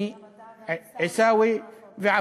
אני, אתה, עיסאווי ועפו.